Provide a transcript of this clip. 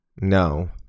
No